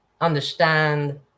understand